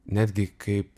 netgi kaip